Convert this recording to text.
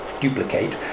duplicate